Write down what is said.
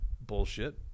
bullshit